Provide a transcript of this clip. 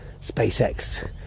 SpaceX